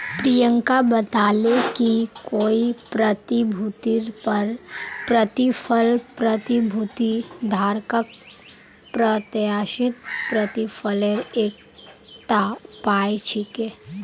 प्रियंका बताले कि कोई प्रतिभूतिर पर प्रतिफल प्रतिभूति धारकक प्रत्याशित प्रतिफलेर एकता उपाय छिके